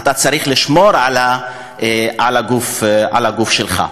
אתה צריך לשמור על הגוף שלך.